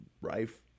Rife